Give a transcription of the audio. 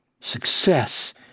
success